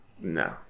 No